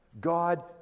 God